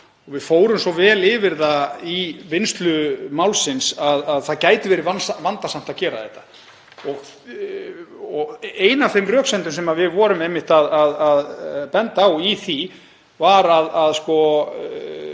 Við fórum svo vel yfir það í vinnslu málsins að það gæti verið vandasamt að gera þetta. Ein af þeim röksemdum sem við vorum einmitt að benda á í því var að með